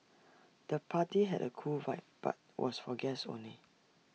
the party had A cool vibe but was for guests only